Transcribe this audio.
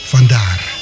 Vandaar